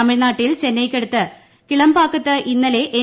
തമിഴ്നാട്ടിൽ ചെന്നൈയ്ക്കടുത്ത് കിളംപാക്കുത്ത് ഇന്നലെ എൻ